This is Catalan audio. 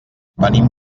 venim